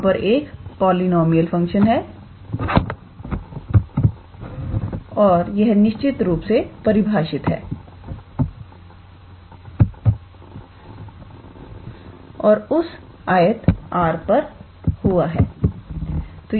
वहां पर एक पॉलिनॉमियल फंक्शन है और यह निश्चित रूप से परिभाषित है और इस आयत R पर हुआ है